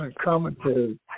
commentary